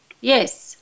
yes